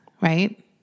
Right